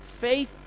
Faith